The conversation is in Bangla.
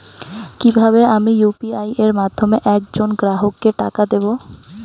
কিভাবে আমি ইউ.পি.আই এর মাধ্যমে এক জন গ্রাহককে টাকা দেবো?